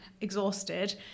exhausted